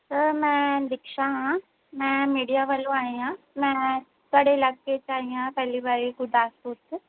sir ਮੈਂ ਦਿਕਸ਼ਾ ਹਾਂ ਮੈਂ ਮੀਡੀਆ ਵੱਲੋਂ ਆਈ ਹਾਂ ਮੈਂ ਤੁਹਾਡੇ ਇਲਾਕੇ 'ਚ ਆਈ ਹਾਂ ਪਹਿਲੀ ਵਾਰ ਗੁਰਦਾਸਪੁਰ 'ਚ